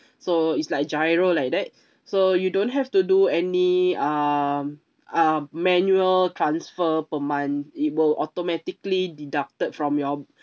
so it's like GIRO like that so you don't have to do any um uh manual transfer per month it will automatically deducted from your